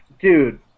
dude